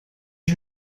you